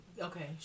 okay